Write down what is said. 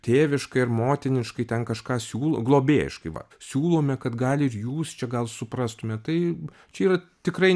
tėviškai ar motiniškai ten kažką siūlo globėjiškai va siūlome kad gal ir jūs čia gal suprastumėt tai čia yra tikrai